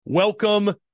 Welcome